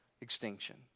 extinction